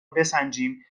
بسنجیم